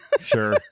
Sure